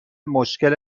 مشکل